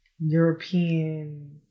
European